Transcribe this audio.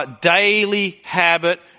daily-habit